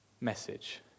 message